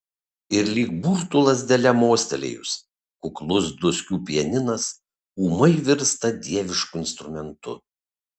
ir lyg burtų lazdele mostelėjus kuklus dluskių pianinas ūmai virsta dievišku instrumentu